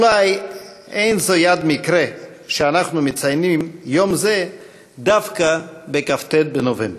אולי אין זו יד המקרה שאנחנו מציינים יום זה דווקא בכ"ט בנובמבר.